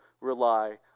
rely